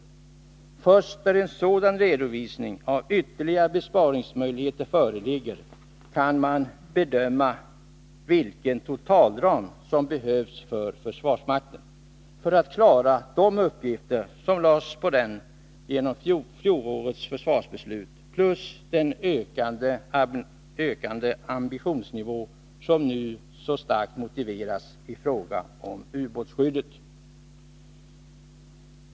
Först när en sådan redovisning av ytterligare besparingsmöjligheter föreligger kan man bedöma vilken totalram som behövs för försvarsmakten för att klara de uppgifter som lades på denna genom fjolårets försvarsbeslut, plus den ökade ambitionsnivå som nu så starkt motiveras i fråga om ubåtsskyddet.